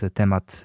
temat